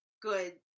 good